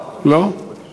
לא, לא.